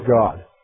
God